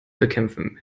bekämpfen